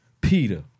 Peter